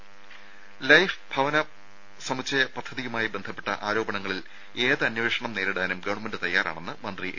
രുമ ലൈഫ് ഭവന സമുച്ചയ പദ്ധതിയുമായി ബന്ധപ്പെട്ട ആരോപണങ്ങളിൽ ഏതന്വേഷണം നേരിടാനും ഗവൺമെന്റ് തയാറാണെന്ന് മന്ത്രി എ